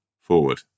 forward